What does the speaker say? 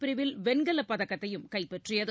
பிரிவில் வெண்கலப் பதக்கத்தையும் கைப்பற்றியது